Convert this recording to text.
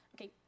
okay